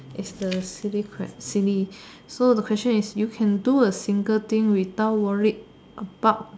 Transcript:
is the silly ques~ silly so the question is you can do a single thing without worried about